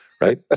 Right